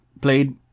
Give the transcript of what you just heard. played